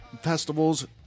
festivals